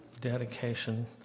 dedication